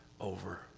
over